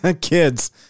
kids